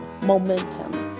momentum